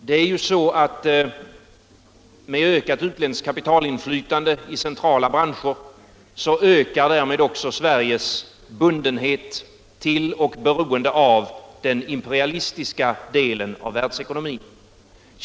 Det är ju så att med ökat utländskt kapitalinflytande i centrala branscher ökar Sveriges bundenhet till och beroende av den imperialistiska delen av världsekonomin.